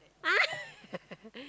ah